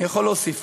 אני יכול להוסיף